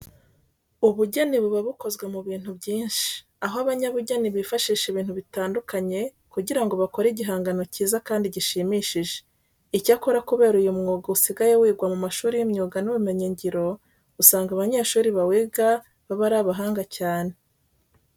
Ubugeni buba bukozwe mu bintu byinshi, aho abanyabugeni bifashisha ibintu bitandukanye kugira ngo bakore igihangano cyiza kandi gishimishije. Icyakora kubera ko uyu mwuga usigaye wigwa mu mashuri y'imyuga n'ubumenyingiro, usanga abanyeshuri bawiga baba ari abahanga cyane.